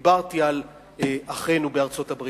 דיברתי על אחינו בארצות-הברית.